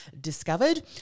discovered